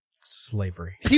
slavery